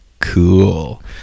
cool